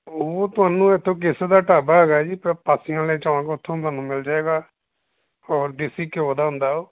ਉਹ ਤੁਹਾਨੂੰ ਇੱਥੋਂ ਕੇਸਰ ਦਾ ਢਾਬਾ ਹੈਗਾ ਜੀ ਪ ਪਾਸੀਆਂ ਵਾਲੇ ਚੌਂਕ ਉੱਥੋਂ ਤੁਹਾਨੂੰ ਮਿਲ ਜਾਏਗਾ ਔਰ ਦੇਸੀ ਘਿਓ ਦਾ ਹੁੰਦਾ ਉਹ